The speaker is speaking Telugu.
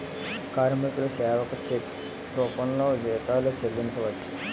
కార్మికుల సేవకు చెక్కు రూపంలో జీతాలు చెల్లించవచ్చు